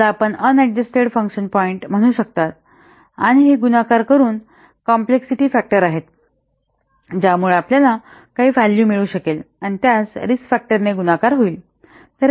याला आपण unadjusted function points म्हणू शकता आणि हे गुणाकार करून कॉम्प्लेक्सिटी फॅक्टर आहेत ज्यामुळे आपल्याला काही व्हॅल्यू मिळू शकेल आणि त्यास रिस्क फॅक्टर ने गुणाकार होईल